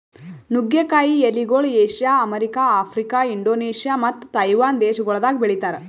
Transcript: ನುಗ್ಗೆ ಕಾಯಿ ಎಲಿಗೊಳ್ ಏಷ್ಯಾ, ಅಮೆರಿಕ, ಆಫ್ರಿಕಾ, ಇಂಡೋನೇಷ್ಯಾ ಮತ್ತ ತೈವಾನ್ ದೇಶಗೊಳ್ದಾಗ್ ಬೆಳಿತಾರ್